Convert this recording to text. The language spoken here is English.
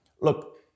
look